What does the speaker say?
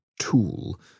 Tool